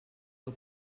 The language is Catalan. del